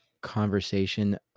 conversation